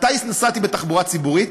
מתי נסעתי בתחבורה ציבורית?